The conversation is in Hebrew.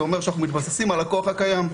זה אומר שאנחנו מתבססים על הכוח הקיים,